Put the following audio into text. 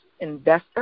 investor